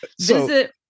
visit